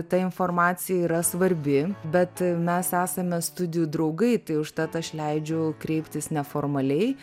ta informacija yra svarbi bet mes esame studijų draugai tai užtat aš leidžiu kreiptis neformaliai